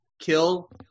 kill